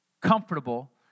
comfortable